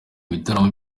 bitaramo